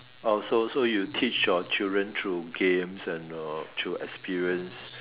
oh so so you teach your children through games and uh through experience